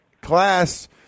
class